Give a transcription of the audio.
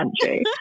country